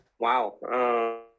Wow